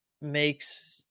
makes